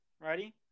ready